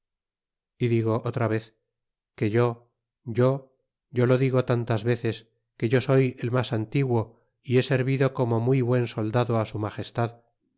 y digo otra vez que yo yo yo lo digo tantas veces que yo soy el mas antiguo y he servido como muy buen soldado á su magestad